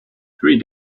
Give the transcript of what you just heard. three